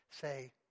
say